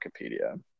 Wikipedia